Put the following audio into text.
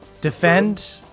defend